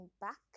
back